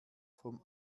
vom